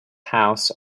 house